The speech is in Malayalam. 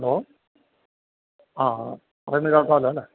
ഹലോ ആ ആ പറയുന്നത് കേള്ക്കാമല്ലോ അല്ലേ